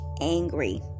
angry